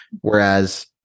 whereas